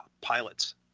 pilots